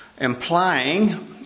implying